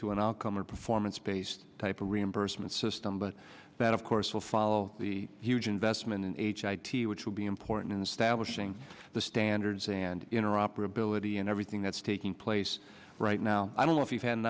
to an outcome or performance based type of reimbursement system but that of course will follow the huge investment in h i t which will be important stablish ing the standards and inner operability and everything that's taking place right now i don't know if you've had an